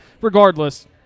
regardless